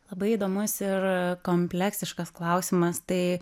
labai įdomus ir kompleksiškas klausimas tai